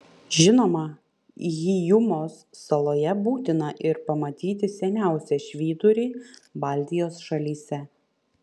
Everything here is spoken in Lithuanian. žinoma hyjumos saloje būtina ir pamatyti seniausią švyturį baltijos šalyse